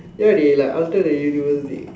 ya dey like alter the universe dey